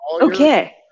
Okay